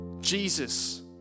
Jesus